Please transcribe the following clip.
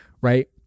right